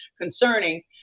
concerning